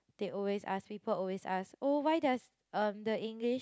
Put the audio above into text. they always ask people always ask oh why does um the English